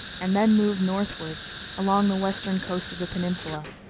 and then moved northward along the western coast of the peninsula.